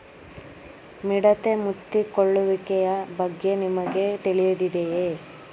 ಮಿಡತೆ ಮುತ್ತಿಕೊಳ್ಳುವಿಕೆಯ ಬಗ್ಗೆ ನಿಮಗೆ ತಿಳಿದಿದೆಯೇ?